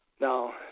Now